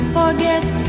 forget